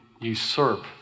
usurp